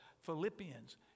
Philippians